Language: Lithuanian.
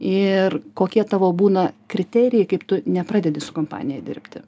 ir kokie tavo būna kriterijai kaip tu nepradedi su kompanija dirbti